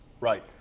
Right